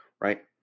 right